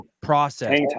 process